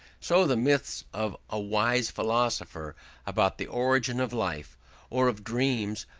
so the myths of a wise philosopher about the origin of life or of dreams,